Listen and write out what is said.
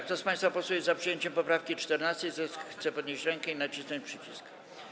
Kto z państwa posłów jest za przyjęciem poprawki 14., zechce podnieść rękę i nacisnąć przycisk.